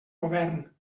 govern